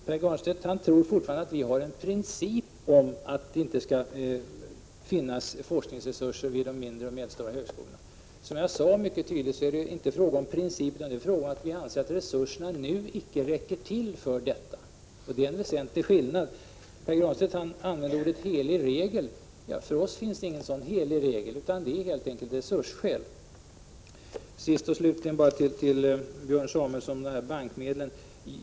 Pär Granstedt tror fortfarande att vi har såsom princip att det inte skall finnas forskningsresurser vid de mindre och medelstora högskolorna. Som jag mycket tydligt sade är det inte fråga om någon princip, utan det är fråga om att vi inte anser att resurserna nu räcker till för detta. Det är en väsentlig skillnad. Pär Granstedt använde uttrycket ”helig regel”. För oss finns det inte någon sådan helig regel. Det är helt enkelt resursskäl som ligger bakom vårt ställningstagande. Sist och slutligen vill jag kommentera vad Björn Samuelson sade om bankmedlen.